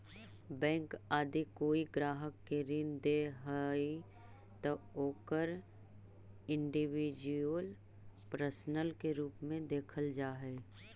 bank यदि कोई ग्राहक के ऋण दे हइ त ओकरा इंडिविजुअल पर्सन के रूप में देखल जा हइ